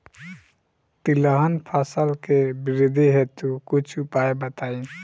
तिलहन फसल के वृद्धि हेतु कुछ उपाय बताई?